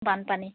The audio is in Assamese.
বানপানী